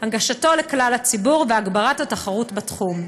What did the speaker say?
הנגשתו לכלל הציבור והגברת התחרות בתחום.